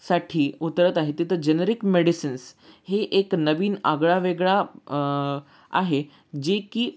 साठी उतरत आहे तिथं जेनरिक मेडिसिन्स हे एक नवीन आगळावेगळा आहे जे की